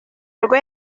urwo